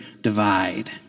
divide